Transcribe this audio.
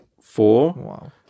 four